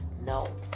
no